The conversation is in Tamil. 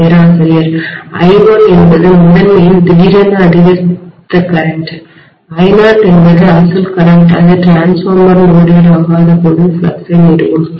பேராசிரியர் I1 என்பது முதன்மையில் திடீரென அதிகரித்தகரண்ட் I0 என்பது அசல் கரண்ட் அது டிரான்ஸ்ஃபார்மர் லோடெட் ஆகாதபோது ஃப்ளக்ஸை நிறுவும்